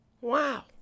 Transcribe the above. Wow